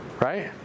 Right